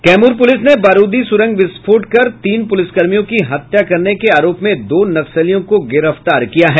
Kaimur police ने बारूदी सुरंग विस्फोट कर तीन पुलिसकर्मियों की हत्या करने के आरोप में दो नक्सलियों को गिरफ्तार किया है